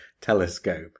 telescope